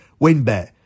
Winbet